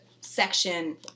section